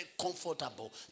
comfortable